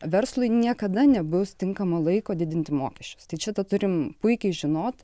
verslui niekada nebus tinkamo laiko didinti mokesčius tai čia tą turime puikiai žinot